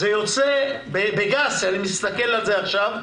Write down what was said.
אם אני מסתכל על זה באופן גס,